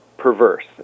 Perverse